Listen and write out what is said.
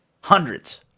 hundreds